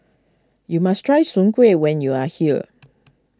you must try Soon Kuih when you are here